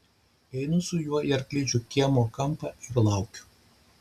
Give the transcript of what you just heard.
einu su juo į arklidžių kiemo kampą ir laukiu